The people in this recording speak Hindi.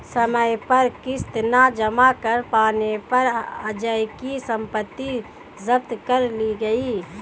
समय पर किश्त न जमा कर पाने पर अजय की सम्पत्ति जब्त कर ली गई